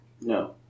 No